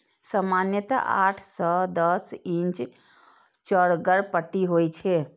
सामान्यतः आठ सं दस इंच चौड़गर पट्टी होइ छै